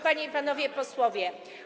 Panie i Panowie Posłowie!